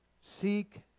Seek